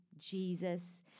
Jesus